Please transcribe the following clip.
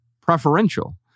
preferential